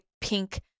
pink